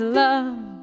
love